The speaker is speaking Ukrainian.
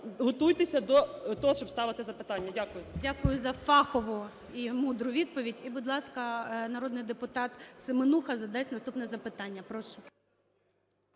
готуйтеся до того, щоби ставити запитання. Дякую. ГОЛОВУЮЧИЙ. Дякую за фахову і мудру відповідь. І, будь ласка, народний депутат Семенуха задасть наступне запитання. Прошу.